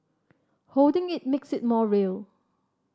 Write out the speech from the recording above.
holding it makes it more real